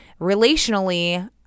relationally